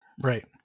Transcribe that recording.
right